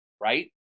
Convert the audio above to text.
right